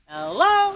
Hello